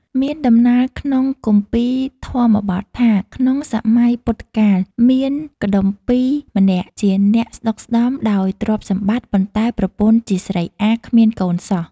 មានដំណាលក្នុងគម្ពីរធម្មបទថា ក្នុងសម័យពុទ្ធកាល មានកុដុម្ពីក៍ម្នាក់ ជាអ្នកស្តុកស្តម្ភដោយទ្រព្យសម្បត្តិ ប៉ុន្តែ ប្រពន្ធជាស្រីអារ គ្មានកូនសោះ។